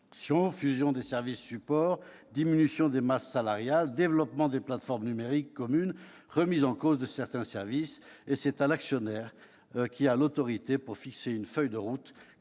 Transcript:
fusion des services support, diminution des masses salariales, développement des plateformes numériques communes, remise en cause de certains services ... Seul l'actionnaire a l'autorité de fixer une feuille de route